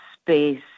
space